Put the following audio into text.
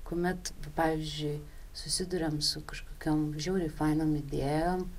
kuomet pavyzdžiui susiduriam su kažkokiom žiauriai fainom idėjom